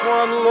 one